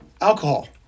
alcohol